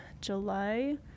July